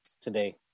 today